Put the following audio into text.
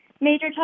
major